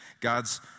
God's